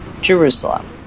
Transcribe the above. Jerusalem